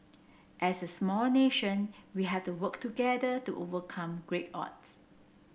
as a small nation we have to work together to overcome great odds